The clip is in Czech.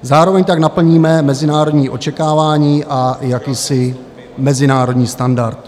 Zároveň tak naplníme mezinárodní očekávání a jakýsi mezinárodní standard.